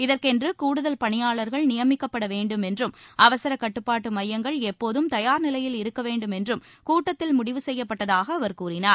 இதற்கென்று கூடுதல் பணியாளர்கள் நியமிக்கப்பட வேண்டும் என்றும் அவசர கட்டுப்பாட்டு மையங்கள் எப்போதும் தயார் நிலையில் இருக்க வேண்டும் என்றும் கூட்டத்தில் முடிவு செய்யப்பட்டதாக அவர் கூறினார்